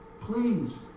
please